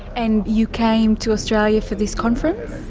and you came to australia for this conference?